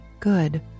good